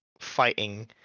fighting